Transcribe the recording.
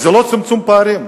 זה לא צמצום פערים,